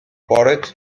bored